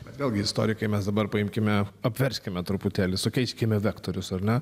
bet vėlgi istorikai mes dabar paimkime apverskime truputėlį sukeiskime vektorius ar ne